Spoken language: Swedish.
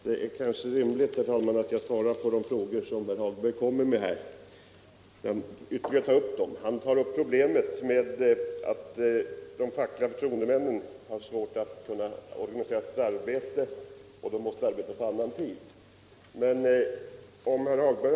Herr talman! Jag ber att få tacka fru statsrådet Leijon för svaret på min fråga. Sedan är det väl lämpligt att jag också svarar på de frågor som herr Hagberg i Borlänge framställde. Herr Hagberg tog upp problemet med att de fackliga förtroendemännen har svårt att kunna organisera sitt arbete och att de ibland måste arbeta på annan tid än den ordinarie arbetstiden.